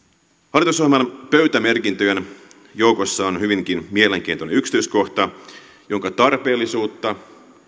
hallitusohjelman pöytämerkintöjen joukossa on hyvinkin mielenkiintoinen yksityiskohta jonka tarpeellisuutta